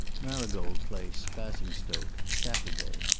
marygold place, basingstoke, saturday.